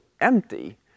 empty